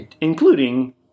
including